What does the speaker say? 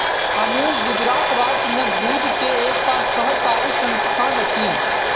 अमूल गुजरात राज्य में दूध के एकटा सहकारी संस्थान अछि